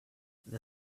the